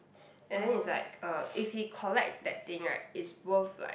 and then it's like uh if he collect that thing right it's worth like